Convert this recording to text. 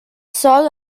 sol